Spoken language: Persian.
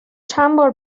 چندبار